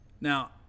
now